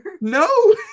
No